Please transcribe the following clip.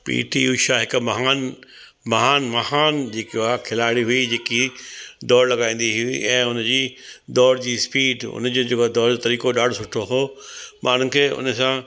PT Usha हिकु महान महान महान जेको आ खिलाड़ी हुई जेकी दौड़ लॻाईंदी हुई ऐं उन जी दौड़ जी स्पीड उन जो जेको दौड़ जो तरीक़ो ॾाढो सुठो हुओ माण्हुनि खे उन सां